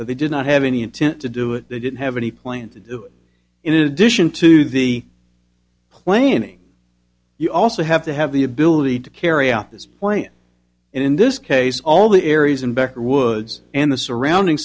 but they did not have any intent to do it they didn't have any plans to do in addition to the planning you also have to have the ability to carry out this point and in this case all the areas in back woods and the surrounding